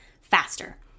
faster